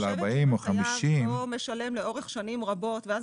אני חושבת שחייב לא משלם לאורך שנים רבות ואז